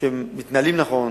שמתנהלים נכון,